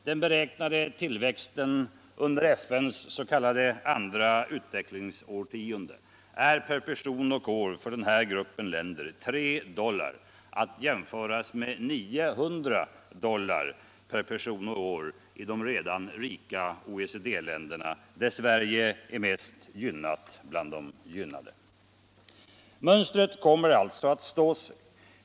Den beräknade tillväxten under FN:s s.k. andra utvecklingsårtionde är per person och år för den här gruppen länder 3 dollar, att jämföras med 900 dollar per person och år i de redan rika OECD-länderna, där Sverige är mest gynnat bland de gynnade. Mönstret kommer alltså att stå sig.